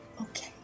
Okay